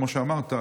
כמו שאמרת,